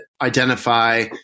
identify